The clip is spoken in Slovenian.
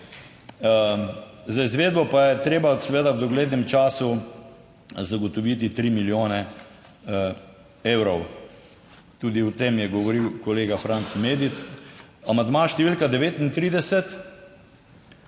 Za izvedbo pa je treba seveda v doglednem času zagotoviti tri milijone evrov. Tudi o tem je govoril kolega Franc Medic. Amandma številka 39, gre